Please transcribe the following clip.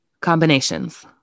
Combinations